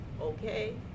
okay